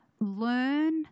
learn